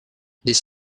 this